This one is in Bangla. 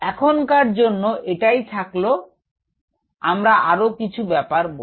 এখনকার জন্য এটাই থাকল আমরা আরো কিছু ব্যাপার বলব